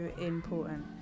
important